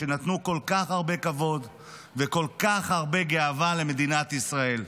שנתנו כל כך הרבה כבוד וכל כך הרבה גאווה למדינת ישראל.